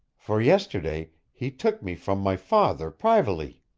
for yesterday he took me from my father privily